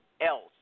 else